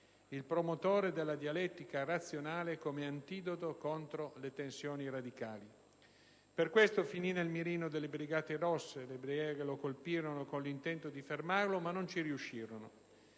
il promotore della dialettica razionale come antidoto contro le tensioni radicali. Per questo finì nel mirino delle Brigate rosse, che lo colpirono con l'intento di fermarlo, ma non ci riuscirono.